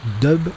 dub